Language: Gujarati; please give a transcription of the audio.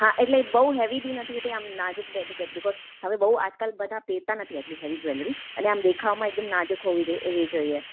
હા એટલે બહુ હેવી બી નથી જોઈતી આમ નાજુક ડેલિકેટ બીકોઝ હવે બહુ આજકાલ બધા પહેરતા નથી એટલી હેવી જ્વેલરી અને આમ દેખાવમાં એકદમ નાજુક હોવી જોઈ એવી જોઈએ